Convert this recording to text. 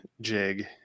jig